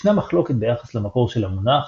ישנה מחלוקת ביחס למקור של המונח,